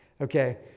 Okay